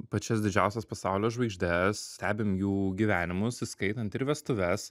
pačias didžiausias pasaulio žvaigždes stebim jų gyvenimus įskaitant ir vestuves